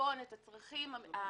בחשבון את הצרכים הייחודיים,